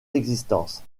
existence